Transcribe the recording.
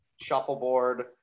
shuffleboard